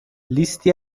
لیستی